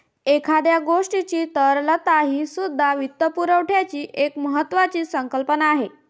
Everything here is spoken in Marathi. एखाद्या गोष्टीची तरलता हीसुद्धा वित्तपुरवठ्याची एक महत्त्वाची संकल्पना आहे